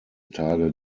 tage